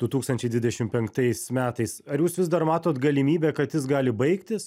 du tūkstančiai dvidešim penktais metais ar jūs vis dar matot galimybę kad jis gali baigtis